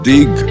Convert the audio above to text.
Dig